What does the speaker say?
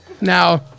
Now